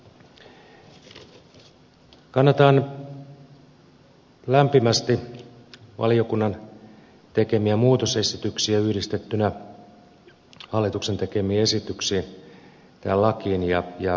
kannatan lämpimästi valiokunnan tekemiä muutosesityksiä yhdistettynä hallituksen tähän lakiin tekemiin esityksiin ja ehdotuksiin